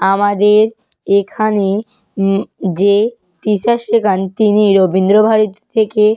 আমাদের এখানে যে টিচার শেখান তিনি রবীন্দ্রভারতী থেকে